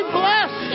bless